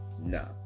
no